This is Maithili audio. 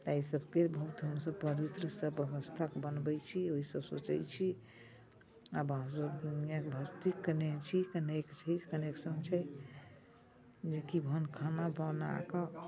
ताहि सभके बहुत हमसभ पवित्रसँ व्यवस्था बनबै छी ओहि सभ सोचै छी आ हमसभ दुनिआँ भक्ति केने छी केने छी कनेक्शन छै जेकि भन खाना बना कऽ